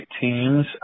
teams